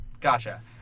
Gotcha